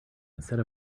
instead